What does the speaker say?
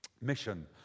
mission